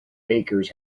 bakers